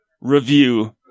review